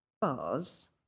bars